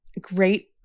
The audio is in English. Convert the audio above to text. great